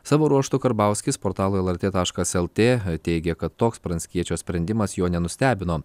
savo ruožtu karbauskis portalui lrt taškas lt teigė kad toks pranckiečio sprendimas jo nenustebino